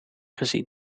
gezien